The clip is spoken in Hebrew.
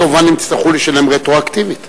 כמובן הם יצטרכו לשלם רטרואקטיבית.